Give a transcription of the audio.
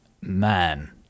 man